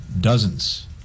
dozens